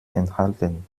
enthalten